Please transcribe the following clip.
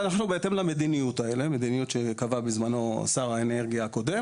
בהתאם למדיניות שקבע בזמנו שר האנרגיה הקודם